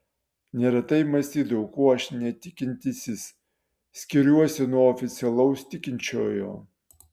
neretai mąstydavau kuo aš netikintysis skiriuosi nuo oficialaus tikinčiojo